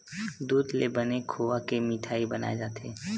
दूद ले बने खोवा के मिठई बनाए जाथे